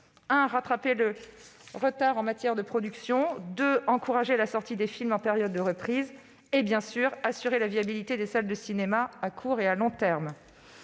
: rattraper le retard de production, encourager la sortie des films en période de reprise et assurer la viabilité des salles de cinéma à court et à long terme.